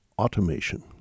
automation